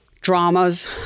dramas